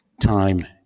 time